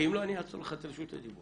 אם לא, אני אעצור לך את רשות הדיבור.